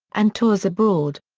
and tours abroad.